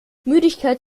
müdigkeit